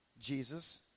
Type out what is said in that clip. Jesus